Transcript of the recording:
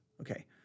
Okay